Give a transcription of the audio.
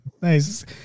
Nice